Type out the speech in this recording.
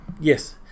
yes